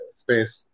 space